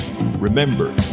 Remember